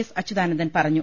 S Achuthanandan പറഞ്ഞു